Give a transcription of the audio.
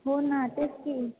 हो ना तेच की